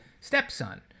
stepson